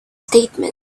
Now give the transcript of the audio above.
statement